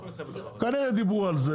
כנראה דיברו על זה,